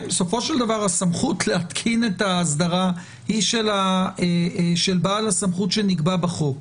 הסמכות להתקין את האסדרה היא של בעל הסמכות שנקבע בחוק.